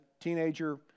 teenager